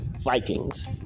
Vikings